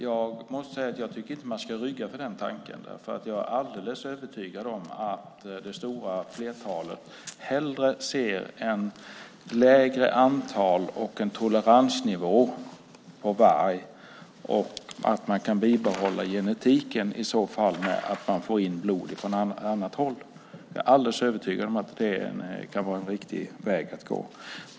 Jag tycker emellertid inte att man ska rygga för den tanken, för jag är alldeles övertygad om att det stora flertalet hellre ser ett mindre antal och en toleransnivå på varg. I så fall kan man bibehålla genetiken genom att få in blod från annat håll. Jag är övertygad om att det är rätt väg att gå.